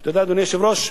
אתה יודע, אדוני היושב-ראש,